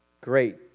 Great